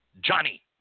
Johnny